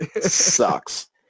sucks